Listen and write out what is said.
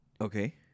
Okay